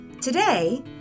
Today